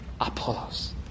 Apollos